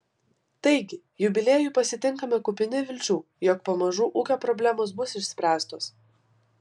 taigi jubiliejų pasitinkame kupini vilčių jog pamažu ūkio problemos bus išspręstos